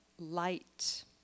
light